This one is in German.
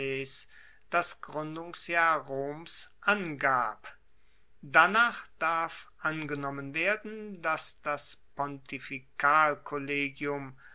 das gruendungsjahr roms angab danach darf angenommen werden dass das